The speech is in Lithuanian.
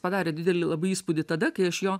padarė didelį labai įspūdį tada kai aš jo